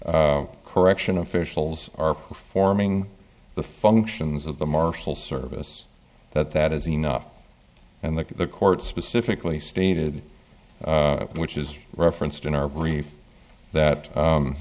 correction officials are performing the functions of the marshal service that that is enough and that the court specifically stated which is referenced in our brief that